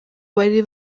bari